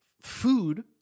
food